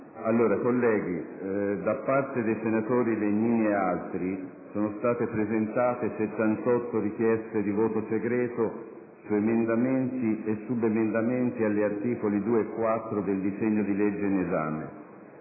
Colleghi, da parte dei senatori Legnini ed altri sono state presentate 78 richieste di voto segreto su emendamenti e subemendamenti agli articoli 2 e 4 del disegno di legge in esame.